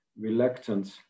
reluctant